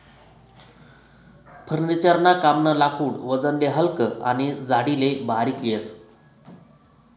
furniture ना कामनं लाकूड वजनले हलकं आनी जाडीले बारीक येस